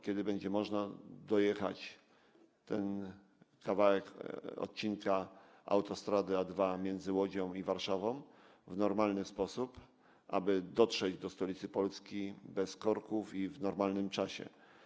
Kiedy będzie można przejechać ten kawałek autostrady A2 między Łodzią i Warszawą w normalny sposób, aby dotrzeć do stolicy Polski bez korków i w normalnym czasie?